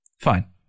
Fine